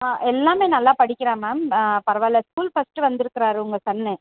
எல்லாமே நல்லா படிக்கிறான் மேம் பரவாயில்ல ஸ்கூல் ஃபஸ்ட்டு வந்திருக்குறாரு உங்கள் சன்னு